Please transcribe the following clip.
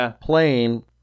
playing